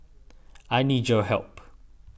I need your help